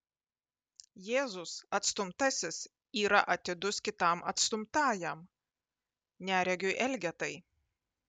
jėzus atstumtasis yra atidus kitam atstumtajam neregiui elgetai